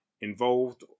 involved